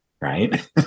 right